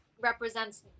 represents